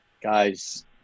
Guys